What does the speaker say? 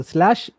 Slash